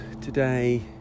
today